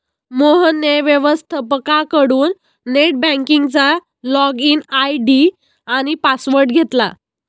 मोहनने व्यवस्थपकाकडून नेट बँकिंगचा लॉगइन आय.डी आणि पासवर्ड घेतला